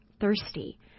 thirsty